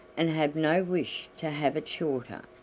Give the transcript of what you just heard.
and have no wish to have it shorter.